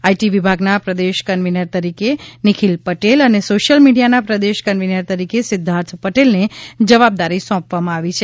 IT વિભાગના પ્રદેશ convener તરીકે નિખિલ પટેલ અને સોશિયલ મીડિયાના પ્રદેશ કન્વીનર તરીકે સિધ્ધાર્થ પટેલને જવાબદારી સોંપવામાં આવી છે